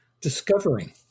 Discovering